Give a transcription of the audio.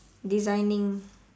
designing